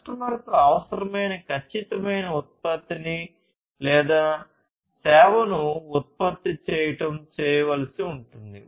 కస్టమర్కు అవసరమైన ఖచ్చితమైన ఉత్పత్తిని లేదా సేవను ఉత్పత్తి చేయడం చేయవలసి ఉంటుంది